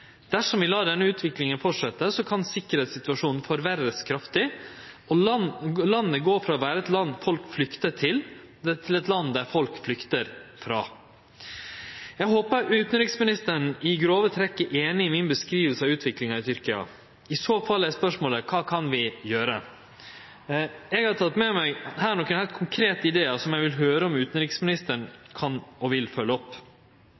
Dersom vi lar denne utviklinga fortsetje, kan sikkerheitssituasjonen forverre seg kraftig og landet gå frå å vere eit land folk flyktar til, til å vere eit land folk flyktar frå. Eg håper utanriksministeren i grove trekk er einig i beskrivinga mi av situasjonen i Tyrkia. I så fall er spørsmålet: Kva kan vi gjere? Eg har teke med meg nokre heilt konkrete idear som eg vil høyre om utanriksministeren kan og vil følgje opp.